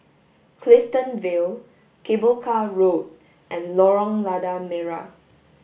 Clifton Vale Cable Car Road and Lorong Lada Merah